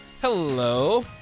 Hello